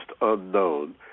unknown